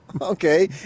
okay